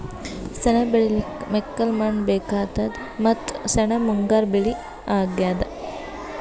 ಸೆಣಬ್ ಬೆಳಿಲಿಕ್ಕ್ ಮೆಕ್ಕಲ್ ಮಣ್ಣ್ ಬೇಕಾತದ್ ಮತ್ತ್ ಸೆಣಬ್ ಮುಂಗಾರ್ ಬೆಳಿ ಅಗ್ಯಾದ್